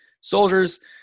soldiers